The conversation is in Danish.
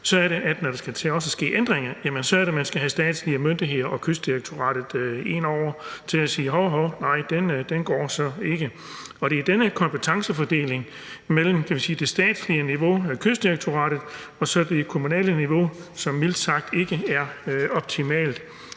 så er det, når der skal til at ske ændringer, at man skal have de statslige myndigheder og Kystdirektoratet ind over til at sige, at hov, hov, nej, den går så ikke. Og det er denne kompetencefordeling mellem – kan vi sige – det statslige niveau, Kystdirektoratet, og det kommunale niveau, som mildt sagt ikke er optimal.